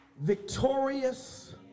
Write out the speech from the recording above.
victorious